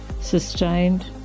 sustained